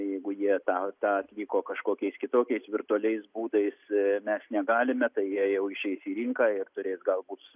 jeigu jie tą tą atliko kažkokiais kitokiais virtualiais būdais mes negalime tai jie jau išeis į rinką ir turės galbūt